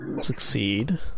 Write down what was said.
succeed